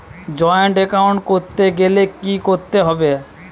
Joint account করতে গেলে কি করতে হবে?